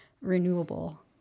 renewable